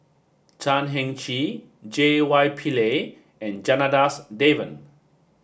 Chan Heng Chee J Y Pillay and Janadas Devan